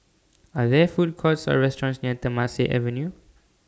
Are There Food Courts Or restaurants near Temasek Avenue